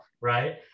right